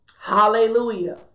Hallelujah